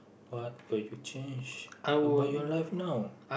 what would you change about your life now